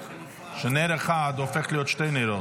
שנר אחד הופך להיות שני נרות.